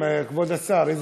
כבוד השר, מה מציעים?